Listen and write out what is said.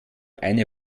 eine